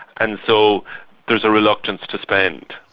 and so there's a reluctance to spend.